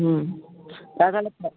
হুম